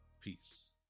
peace